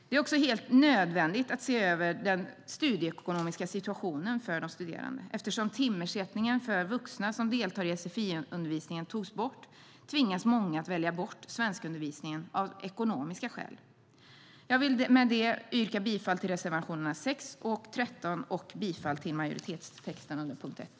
Det är också helt nödvändigt att se över den studieekonomiska situationen för de studerande. Eftersom timersättningen för vuxna som deltar i sfi-undervisning tagits bort tvingas många att välja bort svenskundervisning av ekonomiska skäl. Jag vill yrka bifall till reservationerna 6 och 13 och yrka bifall till majoritetstexten under punkt 1.